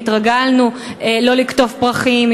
התרגלנו לא לקטוף פרחים,